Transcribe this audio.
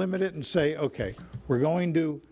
limit it and say ok we're going to